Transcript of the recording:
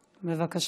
בבקשה.